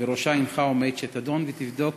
שהנך עומד בראשה, כדי לדון ולבדוק